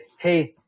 hey